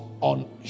on